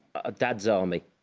ah dad's army.